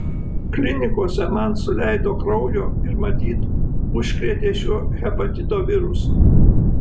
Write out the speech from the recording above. klinikose man suleido kraujo ir matyt užkrėtė šiuo hepatito virusu